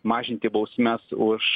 mažinti bausmes už